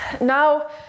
Now